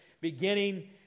beginning